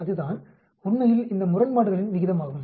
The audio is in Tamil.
அதுதான் உண்மையில் இந்த முரண்பாடுகளின் விகிதம் ஆகும்